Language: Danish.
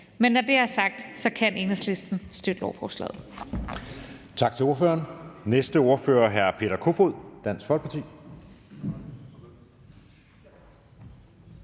Men når det er sagt, kan Enhedslisten støtte lovforslaget.